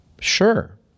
sure